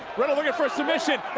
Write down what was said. riddle looking for a submission,